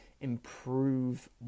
improve